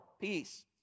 peace